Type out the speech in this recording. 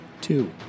Two